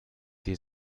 die